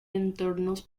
entornos